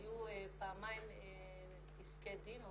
היו פעמיים פסקי דין,